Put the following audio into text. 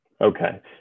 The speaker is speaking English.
Okay